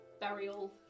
burial